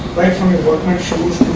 right from your workman shoes